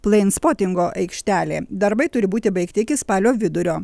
pleinspotingo aikštelė darbai turi būti baigti iki spalio vidurio